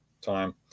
time